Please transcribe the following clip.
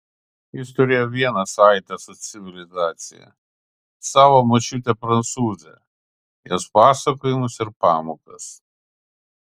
jis turėjo vieną saitą su civilizacija savo močiutę prancūzę jos pasakojimus ir pamokas